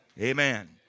Amen